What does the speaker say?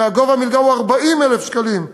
גובה המלגה הוא 40,000 שקלים.